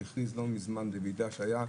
שהכריז לא מזמן בוועידה שהייתה,